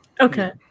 Okay